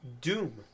Doom